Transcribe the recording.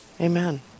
Amen